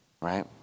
right